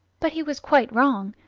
but he was quite wrong,